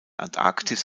antarktis